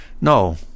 no